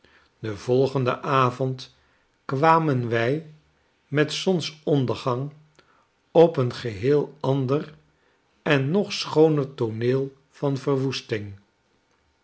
den volgenden avond kwamen wij met zonsondergang op een geheel ander en nog schooner tooneel van verwoesting